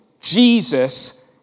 Jesus